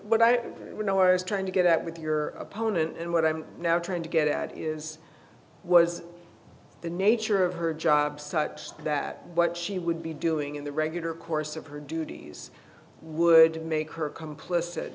know i was trying to get at with your opponent and what i'm now trying to get at is was the nature of her job sites that what she would be doing in the regular course of her duties would make her complicit